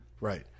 Right